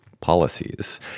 policies